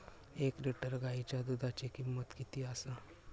एक लिटर गायीच्या दुधाची किमंत किती आसा?